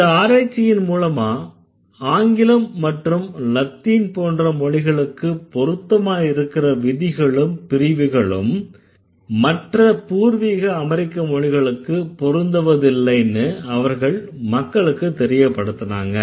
இந்த ஆராய்ச்சியின் மூலமா ஆங்கிலம் மற்றும் லத்தீன் போன்ற மொழிகளுக்கு பொருத்தமா இருக்கற விதிகளும் பிரிவுகளும் மற்ற பூர்வீக அமெரிக்க மொழிகளுக்கு பொருந்துவதில்லைன்னு அவர்கள் மக்களுக்கு தெரியப்படுத்துனாங்க